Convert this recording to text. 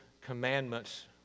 commandments